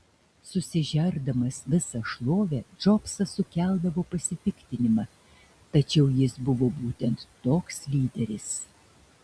susižerdamas visą šlovę džobsas sukeldavo pasipiktinimą tačiau jis buvo būtent toks lyderis